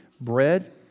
bread